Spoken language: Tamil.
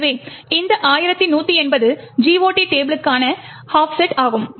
எனவே இந்த 1180 GOT டேபிளுக்கான ஆஃப்செட் ஆகும்